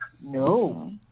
No